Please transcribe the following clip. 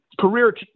career